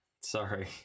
Sorry